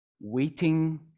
waiting